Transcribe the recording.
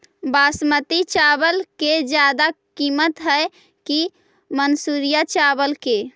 बासमती चावल के ज्यादा किमत है कि मनसुरिया चावल के?